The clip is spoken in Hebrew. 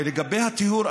לגבי הטיהור,